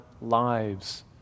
lives